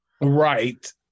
Right